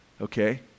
Okay